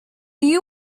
you